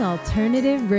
Alternative